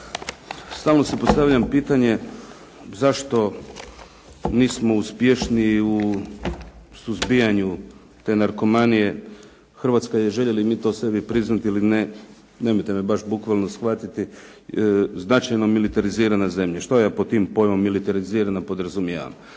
Stalno si postavljam pitanje zašto nismo uspješniji u suzbijanju te narkomanije? Hrvatska je željeli mi to sebi priznati ili ne, nemojte me baš bukvalno shvatiti, značajno militalizirana zemlja. Što ja pod tim pojmom militalizirana podrazumijevam?